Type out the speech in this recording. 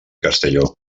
castelló